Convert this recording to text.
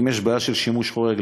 אם יש בעיה של שימוש חורג,